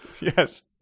Yes